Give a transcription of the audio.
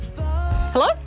Hello